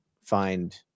find-